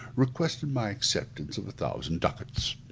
requested my acceptance of a thousand ducats.